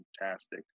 fantastic